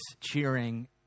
cheering